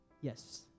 Yes